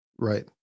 Right